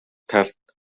талд